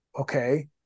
okay